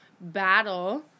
battle